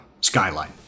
skyline